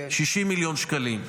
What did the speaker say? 60 מיליון שקלים.